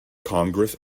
congress